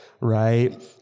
right